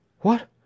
What